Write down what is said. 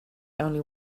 only